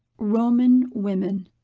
roman women.